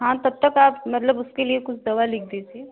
हाँ तब तक आप मतलब उसके लिए कुछ दवा लिख दीजिए